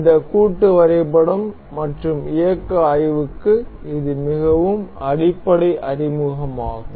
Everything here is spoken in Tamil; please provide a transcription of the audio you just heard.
இந்த கூட்டு வரைபடம் மற்றும் இயக்க ஆய்வுக்கு இது மிகவும் அடிப்படை அறிமுகமாகும்